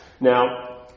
Now